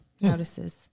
Notices